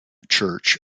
church